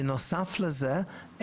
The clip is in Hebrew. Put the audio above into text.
בנוסף לזה,